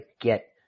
get